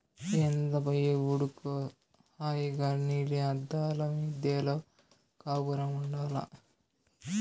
ఏందబ్బా ఈ ఉడుకు హాయిగా నీలి అద్దాల మిద్దెలో కాపురముండాల్ల